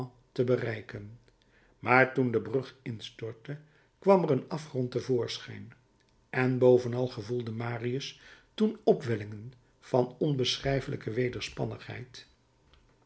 te bereiken maar toen de brug instortte kwam er een afgrond te voorschijn en bovenal gevoelde marius toen opwellingen van onbeschrijfelijke